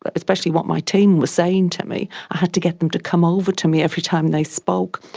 but especially what my team were saying to me. had to get them to come over to me every time they spoke.